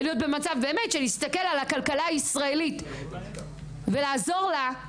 ולהיות במצב של להסתכל על הכלכלה הישראלית ולעזור לה,